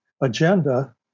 agenda